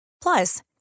Plus